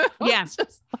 yes